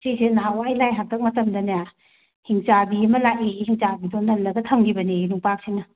ꯁꯤꯁꯦ ꯅꯍꯥꯟꯋꯥꯏ ꯂꯥꯏ ꯍꯥꯛꯇꯛ ꯃꯇꯝꯗꯅꯦ ꯍꯤꯡꯆꯥꯕꯤ ꯑꯃ ꯂꯥꯛꯑꯦꯌꯦ ꯍꯤꯡꯆꯥꯕꯤꯗꯣ ꯅꯜꯂꯒ ꯊꯝꯈꯤꯕꯅꯦꯌꯦ ꯅꯨꯡꯄꯥꯛꯁꯤꯅ